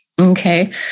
Okay